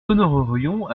honorerions